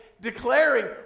declaring